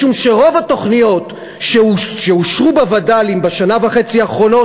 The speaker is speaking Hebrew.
משום שרוב התוכניות שאושרו בווד"לים בשנה וחצי האחרונות